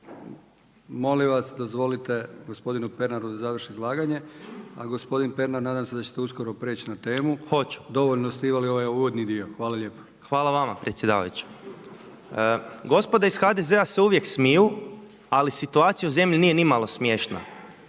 kolege, dozvolite gospodinu Pernaru da završi izlaganje. A gospodin Pernar nadam se da ćete uskoro prijeći na temu. … /Upadica: Hoću./ … Dovoljno ste imali ovaj uvodni dio. Hvala lijepo. **Pernar, Ivan (Abeceda)** Hvala vama predsjedavajući. Gospoda iz HDZ-a se uvijek smiju, ali situacija u zemlji nije nimalo smiješna,